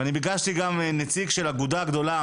ביקשתי גם מנציג של אגודה גדולה,